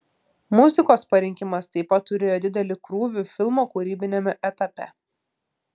muzikos parinkimas taip pat turėjo didelį krūvį filmo kūrybiniame etape